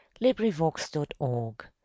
Librivox.org